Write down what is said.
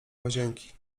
łazienki